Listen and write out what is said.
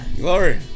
Glory